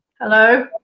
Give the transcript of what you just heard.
Hello